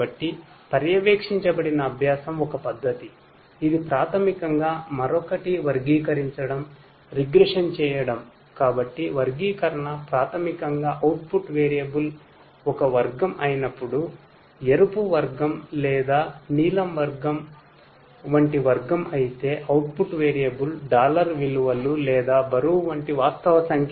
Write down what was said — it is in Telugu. కాబట్టి సుపర్వయెజ్డ్ లెర్నింగ్